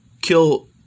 kill